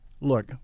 Look